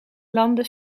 landen